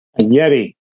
Yeti